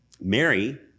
Mary